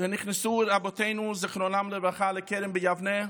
כשנכנסו רבותינו זיכרונם לברכה לכרם ביבנה,